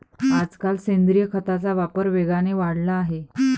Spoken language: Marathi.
आजकाल सेंद्रिय खताचा वापर वेगाने वाढला आहे